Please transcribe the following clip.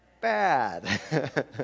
bad